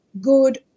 good